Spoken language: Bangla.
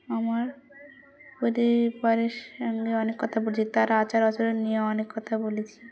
আমার পরিবারের সঙ্গে অনেক কথা বলেছি তার আচার আচরণ নিয়ে অনেক কথা বলেছি